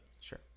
Sure